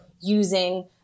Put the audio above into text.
using